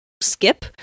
skip